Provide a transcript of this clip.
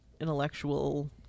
intellectual